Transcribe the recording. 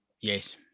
Yes